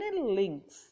links